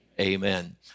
Amen